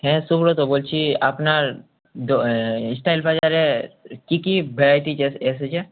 হ্যাঁ সুব্রত বলছি আপনার দো স্টাইল বাজারের কী কী ভ্যারাইটিজ এস এসেছে